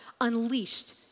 unleashed